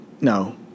no